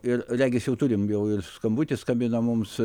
ir regis jau turim jau ir skambutį skambina mums